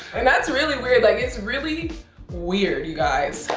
and that's really weird. like it's really weird, you guys,